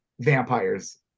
vampires